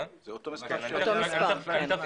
אותו מספר, כן.